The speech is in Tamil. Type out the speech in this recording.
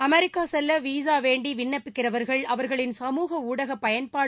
அமெரிக்கா செல்ல விசா வேண்டி விண்ணப்பிக்கிறவர்கள் அவர்களின் சமூகஊடக பயன்பாடு